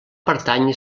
pertànyer